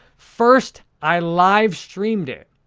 first, i live streamed it.